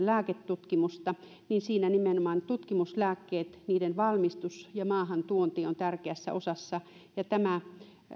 lääketutkimusta siinä nimenomaan tutkimuslääkkeet niiden valmistus ja maahantuonti ovat tärkeässä osassa ja tämä